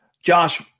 Josh